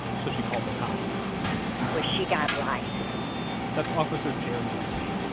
so she called the cops well, she got lightsey that's officer jerry lightsey,